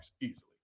easily